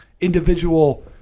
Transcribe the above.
individual